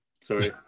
Sorry